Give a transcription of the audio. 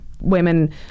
women